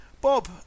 Bob